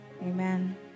Amen